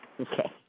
Okay